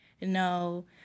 no